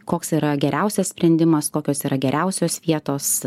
koks yra geriausias sprendimas kokios yra geriausios vietos